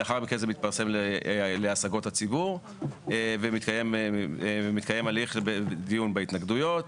לאחר מכן זה מתפרסם להשגות הציבור ומתקיים הליך דיון בהתנגדויות.